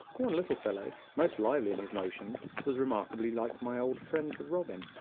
one little fellow, most lively in his motions, was remarkably like my old friend the robin,